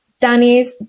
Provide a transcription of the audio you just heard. Danny's